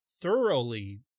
thoroughly